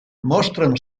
mostren